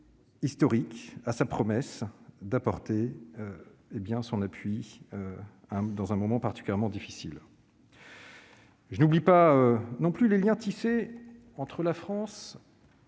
historique et à sa promesse d'apporter son appui à l'Arménie dans ce moment difficile. Je n'oublie pas non plus les liens tissés entre la France